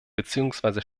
beziehungsweise